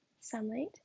sunlight